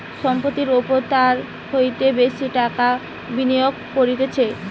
সম্পত্তির ওপর তার হইতে বেশি টাকা বিনিয়োগ করতিছে